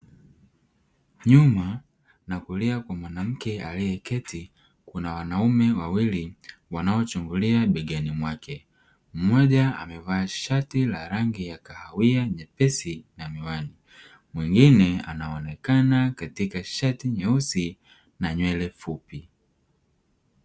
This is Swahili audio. Nyuma na kulia kwa mwanamke aliyeketi kuna wanaume wawili wanaochungulia begani mwake; mmoja amevaa shati la rangi ya kahawia jepesi na miwani, mwingine anaonekana katika shati nyeusi na nywele fupi.